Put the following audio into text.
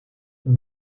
for